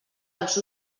els